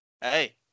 Hey